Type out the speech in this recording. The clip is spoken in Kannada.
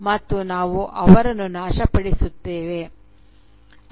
ಮತ್ತು ನಾವು ಅವರನ್ನು ನಾಶಪಡಿಸುತ್ತೇವೆ "